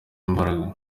imbaraga